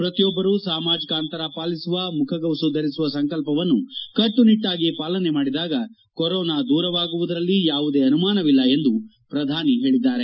ಪ್ರತಿಯೊಬ್ಬರು ಸಾಮಾಜಿಕ ಅಂತರ ಪಾಲಿಸುವ ಮುಖಗವಸು ಧರಿಸುವ ಸಂಕಲ್ಪವನ್ನು ಕಟ್ಲುನಿಟ್ಲಾಗಿ ಪಾಲನೆ ಮಾಡಿದಾಗ ಕೊರೊನಾ ದೂರವಾಗುವುದರಲ್ಲಿ ಯಾವುದೇ ಅನುಮಾನವಿಲ್ಲ ಎಂದು ಪ್ರಧಾನಿ ಹೇಳಿದ್ದಾರೆ